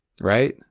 right